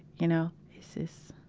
you know it's, it's